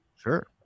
Sure